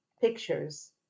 pictures